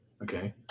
Okay